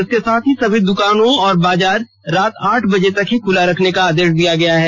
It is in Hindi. इसके साथ ही सभी दुकानें और बाजार रात आठ बजे तक ही खुला रखने का आदेश दिया गया है